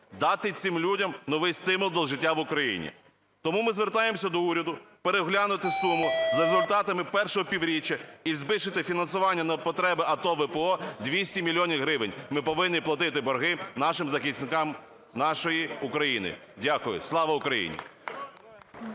дати цим людям новий стимул до життя в Україні. Тому ми звертаємося до уряду переглянути суму за результатами першого півріччя і збільшити фінансування на потреби АТО, ВПО 200 мільйонів гривень. Ми повинні платити борги нашим захисникам нашої України. Дякую. Слава Україні!